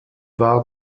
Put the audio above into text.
war